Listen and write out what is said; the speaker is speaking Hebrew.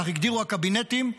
כך הגדירו הקבינטים,